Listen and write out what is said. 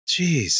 Jeez